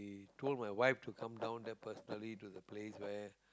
told my wife to come down there personally to the place where